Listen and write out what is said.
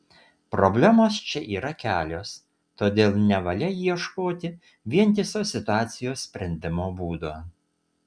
problemos čia yra kelios todėl nevalia ieškoti vientiso situacijos sprendimo būdo